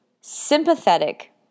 sympathetic